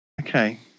Okay